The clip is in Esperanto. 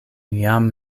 jam